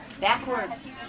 Backwards